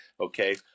okay